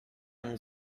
mon